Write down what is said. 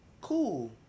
Cool